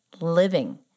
living